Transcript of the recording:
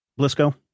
Blisco